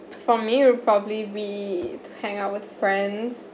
for me will probably be hang out with friends